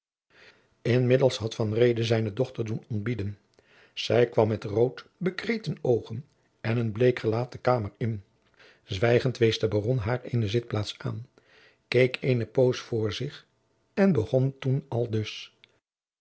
inmiddels had van reede zijne dochter doen ontbieden zij kwam met rood bekreten oogen en een bleek gelaat de kamer in zwijgend wees de baron haar eene zitplaats aan keek eene poos voor zich en begon toen aldus